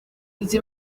izi